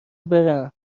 برم